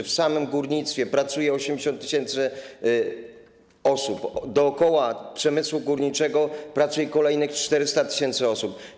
W samym górnictwie pracuje 80 tys. osób, dookoła przemysłu górniczego pracuje kolejnych 400 tys. osób.